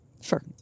Sure